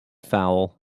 foul